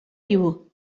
you